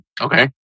Okay